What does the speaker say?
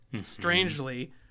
Strangely